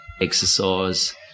exercise